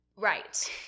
Right